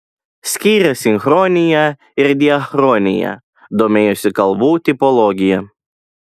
skyrė sinchroniją ir diachroniją domėjosi kalbų tipologija